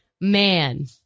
Man